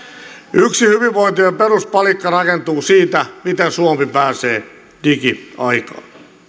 yksi hyvinvointimme peruspalikka rakentuu siitä miten suomi pääsee digiaikaan